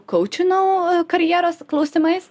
kaučinau karjeros klausimais